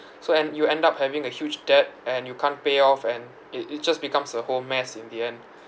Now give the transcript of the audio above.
so and you end up having a huge debt and you can't pay off and it it just becomes a whole mess in the end